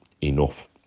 enough